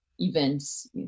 events